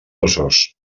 ossos